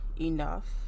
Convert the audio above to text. enough